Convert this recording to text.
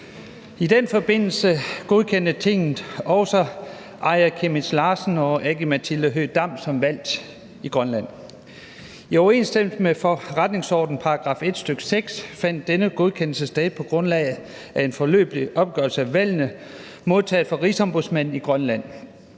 I den forbindelse godkendte Tinget også Aaja Chemnitz Larsen og Aki-Matilda Høegh-Dam som valgt i Grønland. I overensstemmelse med forretningsordenens § 1, stk. 6, fandt denne godkendelse sted på grundlag af en foreløbig opgørelse af valgene modtaget fra Rigsombudsmanden i Grønland.